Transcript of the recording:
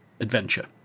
adventure